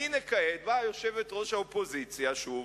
והנה, כעת, באה יושבת-ראש האופוזיציה, שוב,